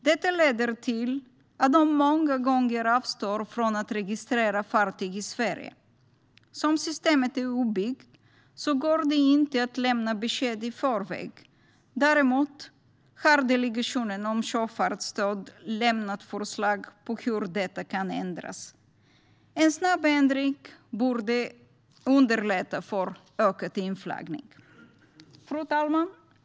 Detta leder till att de många gånger avstår från att registrera fartyg i Sverige. Som systemet är uppbyggt går det inte att lämna besked i förväg. Däremot har Delegationen för sjöfartsstöd lämnat förslag på hur detta kan ändras. En snabb ändring borde underlätta ökad inflaggning. Fru talman!